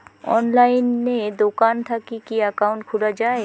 অনলাইনে দোকান থাকি কি একাউন্ট খুলা যায়?